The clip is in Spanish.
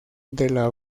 della